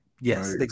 Yes